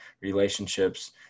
relationships